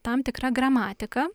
tam tikra gramatika